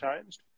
changed